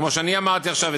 כמו שאני אמרתי עכשיו,